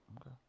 Okay